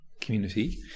community